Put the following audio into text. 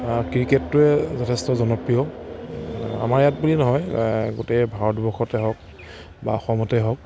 ক্ৰিকেটটোৱে যথেষ্ট জনপ্ৰিয় আমাৰ ইয়াত বুলি নহয় গোটেই ভাৰতবৰ্ষতে হওক বা অসমতেই হওক